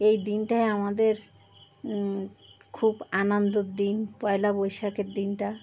এই দিনটাই আমাদের খুব আনন্দর দিন পয়লা বৈশাখের দিনটা